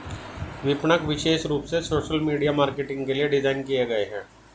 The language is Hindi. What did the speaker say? विपणक विशेष रूप से सोशल मीडिया मार्केटिंग के लिए डिज़ाइन किए गए है